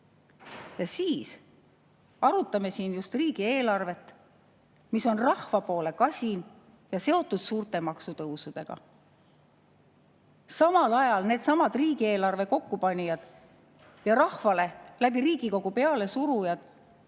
Ja siis arutame siin riigieelarvet, mis on rahva poole kasin ja seotud suurte maksutõusudega. Samal ajal needsamad riigieelarve kokkupanijad ja rahvale Riigikogu kaudu pealesurujad